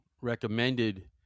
recommended